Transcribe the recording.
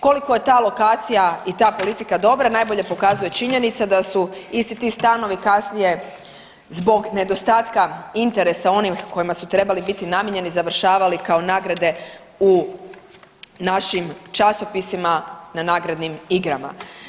Koliko je ta lokacija i ta politika dobra najbolje pokazuje činjenica da su isti ti stanovi kasnije zbog nedostatka interesa onih kojima su trebali biti namijenjeni završavali kao nagrade u našim časopisima na nagradnim igrama.